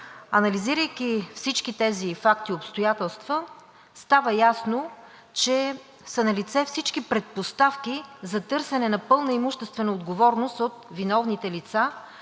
Анализирайки всички тези факти и обстоятелства, става ясно, че са налице всички предпоставки за търсене на пълна имуществена отговорност от виновните лица,